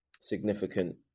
significant